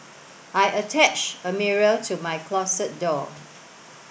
I attached a mirror to my closet door